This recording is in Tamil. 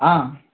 ஆ